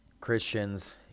Christians